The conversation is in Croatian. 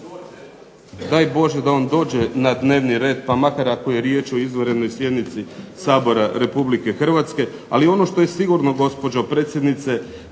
daj Bože da on dođe na dnevni red pa makar ako je riječ o izvanrednoj sjednici Sabora Republike Hrvatske. Ali ono što je sigurno gospođo predsjednice